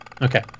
Okay